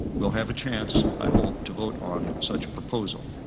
we'll have a chance, i hope, to vote on such a proposal.